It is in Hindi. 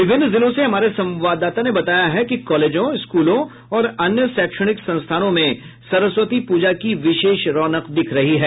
विभिन्न जिलों से हमारे संवाददाता ने बताया है कि कॉलेजों स्कूलों और अन्य शैक्षणिक संस्थानों में सरस्वती प्रजा की विशेष रौनक दिख रही है